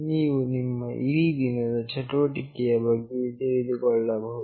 ನೀವು ನಿಮ್ಮ ಇಡೀ ದಿನದ ಚಟುವಟಿಕೆಯ ಬಗ್ಗೆ ತಿಳಿದುಕೊಳ್ಳಬಹುದು